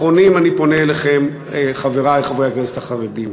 אחרונים, אני פונה אליכם, חברי חברי הכנסת החרדים: